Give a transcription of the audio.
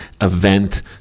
event